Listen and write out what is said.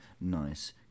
nice